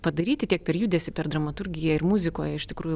padaryti tiek per judesį per dramaturgiją ir muzikoje iš tikrųjų